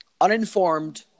uninformed